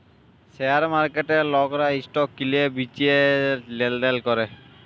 share মার্কেটে লকরা stock কিলে বিঁচে ছব লেলদেল ক্যরে